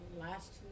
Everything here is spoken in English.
last